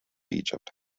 egypt